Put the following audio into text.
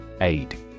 Aid